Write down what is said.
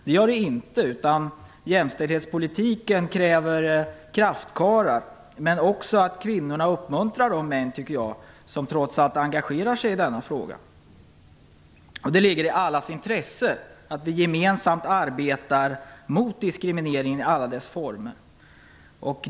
Det gör det inte, utan jämställdhetspolitiken kräver kraftkarlar men också att kvinnorna uppmuntrar de män som trots allt engagerar sig i denna fråga. Det ligger i allas intresse att vi gemensamt arbetar mot diskriminering i alla dess former.